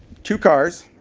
two cars,